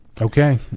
Okay